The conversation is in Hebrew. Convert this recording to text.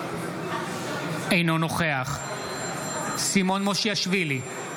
אינו נוכח סימון מושיאשוילי,